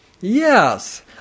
Yes